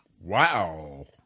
Wow